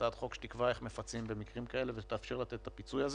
הצעת חוק שתקבע איך מפצים במקרים כאלה ותאפשר לתת את הפיצוי הזה,